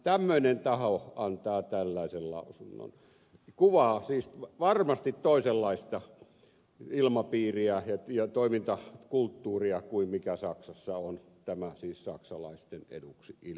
tämmöinen taho antaa tällaisen lausunnon kuvaa siis varmasti toisenlaista ilmapiiriä ja toimintakulttuuria kuin se mikä saksassa on tämä siis saksalaisten eduksi ilman muuta